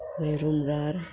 मागीर रुमडार